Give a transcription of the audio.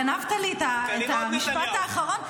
גנבת לי את המשפט האחרון.